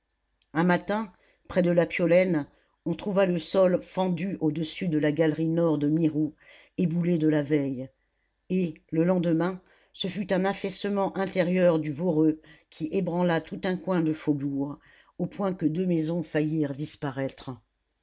un matin près de la piolaine on trouva le sol fendu au-dessus de la galerie nord de mirou éboulée de la veille et le lendemain ce fut un affaissement intérieur du voreux qui ébranla tout un coin de faubourg au point que deux maisons faillirent disparaître